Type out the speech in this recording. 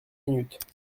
minutes